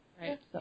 Right